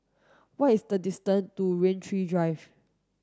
what is the distance to Rain Tree Drive